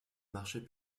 marchés